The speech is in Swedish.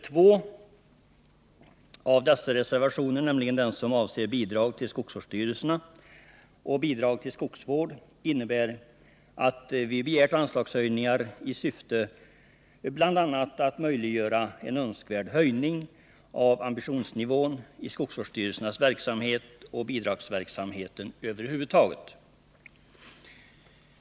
Två av dessa reservationer, nämligen de som avser bidrag till skogsvårdsstyrelserna och bidrag till skogsvård, innebär att vi begärt anslagshöjningar i syfte bl.a. att möjliggöra en önskvärd höjning av ambitionsnivån i skogsvårdsstyrelsernas verksamhet och bidragsverksamheten över huvud taget.